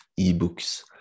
ebooks